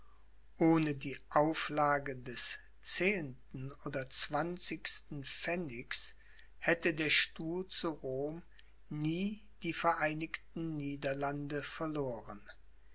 ohne die auflage des zehenten und zwanzigsten pfennigs hätte der stuhl zu rom nie die vereinigten niederlande verloren